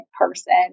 person